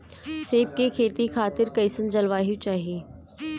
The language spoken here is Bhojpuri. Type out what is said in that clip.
सेब के खेती खातिर कइसन जलवायु चाही?